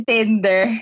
Tinder